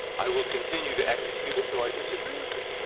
i will continue to execute it though i disagree with it.